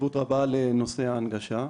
חשיבות רבה לנושא ההנגשה.